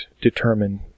determine